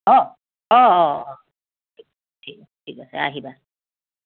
অঁ অঁ অঁ অঁ ঠিক আছে আহিবা